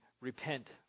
repent